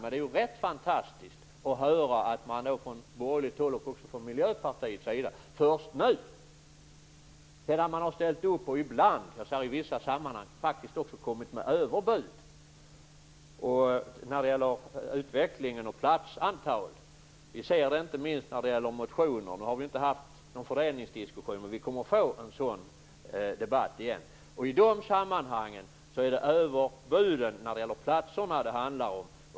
Men det är ganska fantastiskt att höra det från borgerligt håll och från Miljöpartiet sedan de har ställt upp och i vissa sammanhang även kommit med överbud när det gäller utvecklingen och platsantalet. Vi ser det inte minst när det gäller motionerna. Nu har vi inte haft någon fördelningsdiskussion, men vi kommer att få en sådan debatt igen. I de sammanhangen är det överbuden när det gäller platserna det handlar om.